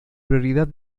prioridad